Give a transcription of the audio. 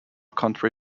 county